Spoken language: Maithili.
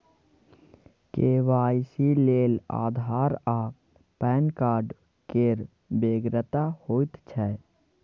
के.वाई.सी लेल आधार आ पैन कार्ड केर बेगरता होइत छै